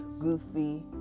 goofy